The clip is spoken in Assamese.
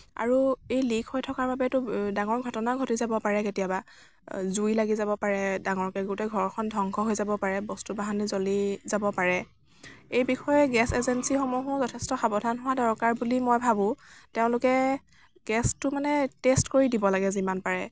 আৰু এই লিকড্ হৈ থকাৰ বাবেতো ডাঙৰ ঘটনাও ঘটি যাব পাৰে কেতিয়াবা জুই লাগি যাব পাৰে ডাঙৰকৈ গোটেই ঘৰখন ধ্বংস হৈ যাব পাৰে বস্তু বাহানি জ্বলি যাব পাৰে এই বিষয়ে গেছ এজেঞ্চিসমূহো যথেষ্ট সাৱধান হোৱাৰ দৰকাৰ বুলি মই ভাবোঁ তেওঁলোকে গেছটো মানে টেষ্ট কৰি দিব লাগে যিমান পাৰে